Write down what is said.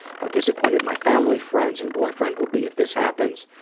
how disappointed my family, friends and boyfriend will be if this happens.